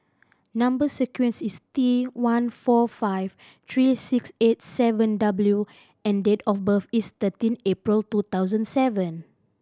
number sequence is T one four five three six eight seven W and date of birth is thirteen April two thousand seven